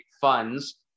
funds